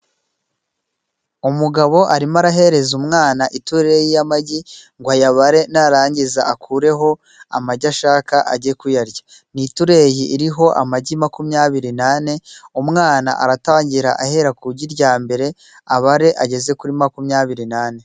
Umugabo arimo arahereza umwana itureyi y'amagi ngo ayabare narangiza akureho amagi ashaka ajye kuyarya, ni itureyi iriho amagi makumyabiri n'ane, umwana aratangira ahera ku igi rya mbere, abare ageze kuri makumyabiri n'ane.